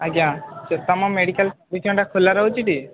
ଆଜ୍ଞା ସେ ତୁମ ମେଡ଼ିକାଲ୍ ଚବିଶ ଘଣ୍ଟା ଖୋଲା ରହୁଛିଟି